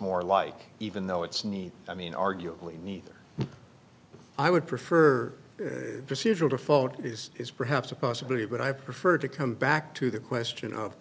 more like even though it's neat i mean arguably neither i would prefer procedural to phone is perhaps a possibility but i prefer to come back to the question of